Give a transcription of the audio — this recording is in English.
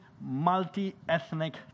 multi-ethnic